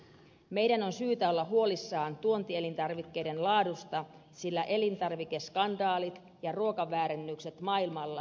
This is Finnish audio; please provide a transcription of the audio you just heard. meidän on syytä olla huolissamme tuontielintarvikkeiden laadusta sillä elintarvikeskandaalit ja ruokaväärennykset maailmalla lisääntyvät